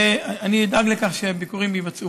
אני אדאג לכך שהביקורים יבוצעו,